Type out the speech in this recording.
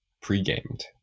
pre-gamed